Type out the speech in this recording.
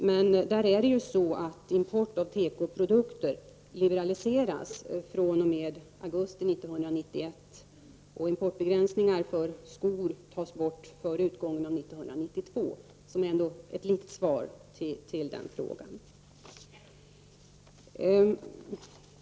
Men det är ju så, att import av tekoprodukter liberaliseras fr.o.m. augusti 1991, och importbegränsningar för skor tas bort före utgången av 1992. Detta är ändå ett litet svar när det gäller den frågan.